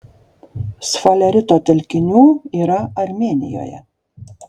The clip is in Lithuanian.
sfalerito telkinių yra armėnijoje